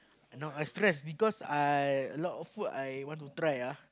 now I stress because I lot of food I want to try ah